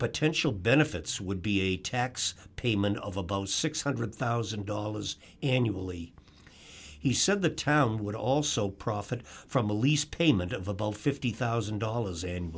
but tensional benefits would be a tax payment of about six hundred thousand dollars annually he said the town would also profit from a lease payment of about fifty thousand dollars an